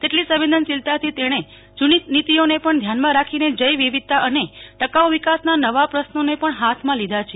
તેટલી જ સંવેદનશીલતાથી તેણે જૂની નીતિઓને પણ ધ્યાનમાં રાખીને જૈવ વિવિધતા અને ટકાઉ વિકાસના નવા પ્રશ્નોને પણ હાથમાં લીધા છે